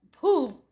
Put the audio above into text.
poop